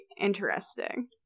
interesting